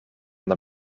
naar